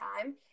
time